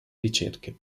ricerche